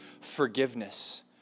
forgiveness